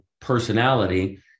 personality